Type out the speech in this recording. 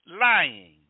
lying